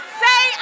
say